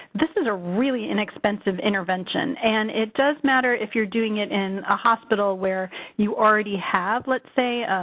this is a really inexpensive intervention. and it does matter if you're doing it in a hospital where you already have, let's say,